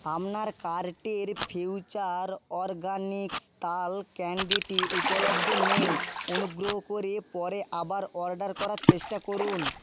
আপনার কার্টের future organics তাল ক্যাণ্ডিটি উপলব্ধ নেই অনুগ্রহ করে পরে আবার অর্ডার করার চেষ্টা করুন